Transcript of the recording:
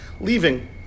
leaving